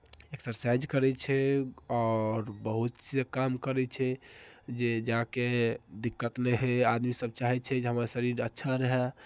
exercise करै छै आओर बहुतसँ काम करै छै जे जा कऽ दिक्कत नहि होइ आदमीसभ चाहै छै जे हमर शरीर अच्छा रहए